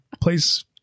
place